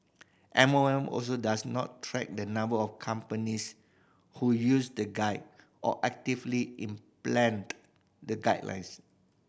M O M also does not track the number of companies who use the guide or actively the guidelines